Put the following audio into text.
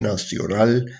nacional